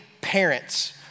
parents